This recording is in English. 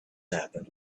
happened